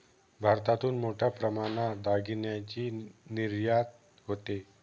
भारतातून मोठ्या प्रमाणात दागिन्यांची निर्यात होते